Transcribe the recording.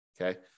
okay